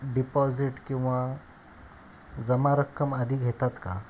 deposit किंवा जमा रक्कम आधी घेतात का